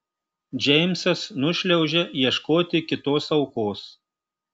džeimsas nušliaužia ieškoti kitos aukos